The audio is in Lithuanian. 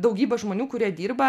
daugybė žmonių kurie dirba